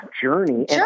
journey